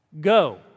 Go